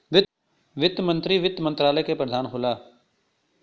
वित्त मंत्री वित्त मंत्रालय क प्रधान होला